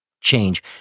change